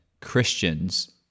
Christians